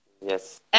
Yes